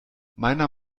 meiner